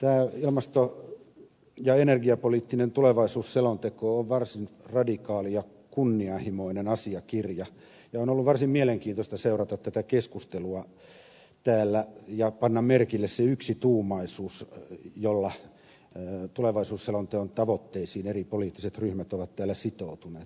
tämä ilmasto ja energiapoliittinen tulevaisuusselonteko on varsin radikaali ja kunnianhimoinen asiakirja ja on ollut varsin mielenkiintoista seurata keskustelua täällä ja panna merkille se yksituumaisuus jolla tulevaisuusselonteon tavoitteisiin eri poliittiset ryhmät ovat täällä sitoutuneet